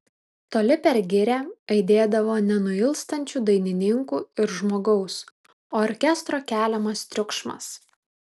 toli per girią aidėdavo nenuilstančių dainininkų ir žmogaus orkestro keliamas triukšmas